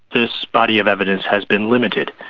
this body of evidence has been limited.